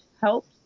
helps